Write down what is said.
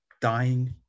dying